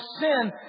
sin